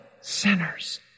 sinners